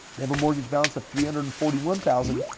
they have a mortgage balance of three hundred and forty one thousand.